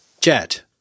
Jet